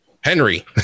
Henry